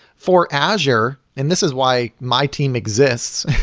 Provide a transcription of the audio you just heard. for azure and this is why my team exists.